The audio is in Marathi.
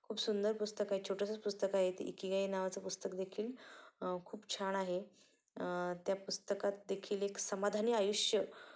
खूप सुंदर पुस्तक आहे छोटंसंच पुस्तक आहे ते इकीगाई नावाचं पुस्तक देेखील खूप छान आहे त्या पुस्तकातदेखील एक समाधानी आयुष्य